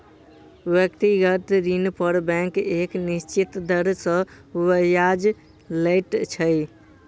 व्यक्तिगत ऋण पर बैंक एक निश्चित दर सॅ ब्याज लैत छै